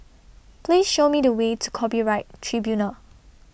Please Show Me The Way to Copyright Tribunal